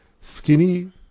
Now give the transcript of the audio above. Skinny